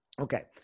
Okay